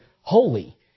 holy